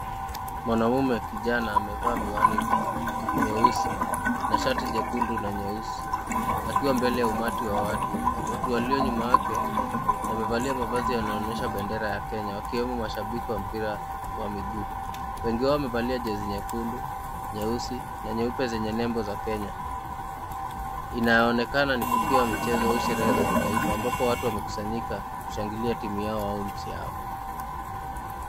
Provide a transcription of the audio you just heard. Mwanaume kijana amevaa miwani nyeusi na shati jekundu na nyeusi, akiwa mbele ya umati wa watu. Watu walio nyuma yake, wamevalia mavazi yanonyesha bendera ya Kenya wakiwemo mashabiki wa mpira wa miguu. Wengi wamevalia jezi nyekundu, nyeusi, na nyeupe zenye nembo za Kenya. Inaonekana ni tukio ya mchezo au sherehe za kitaifa ambapi watu wamekusanyika kushangilia timu yao au wananchi yao.